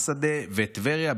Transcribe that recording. מסעדה וטבריה.